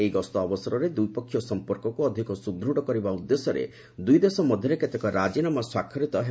ଏହି ଗସ୍ତ ଅବସରରେ ଦୁଇପକ୍ଷୀୟ ସଂପର୍କକୁ ଅଧିକ ସୁଦୃଢ଼ କରିବା ଉଦ୍ଦେଶ୍ୟରେ ଦୁଇଦେଶ ମଧ୍ୟରେ କେତେକ ରାଜିନାମା ସ୍ୱାକ୍ଷରିତ ହେବ